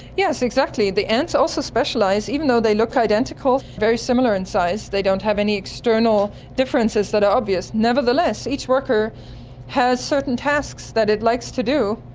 yes, exactly. the ants also specialise. even though they look identical, they're very similar in size, they don't have any external differences that are obvious, nevertheless each worker has certain tasks that it likes to do.